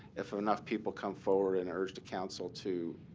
if enough people come forward and urge the council to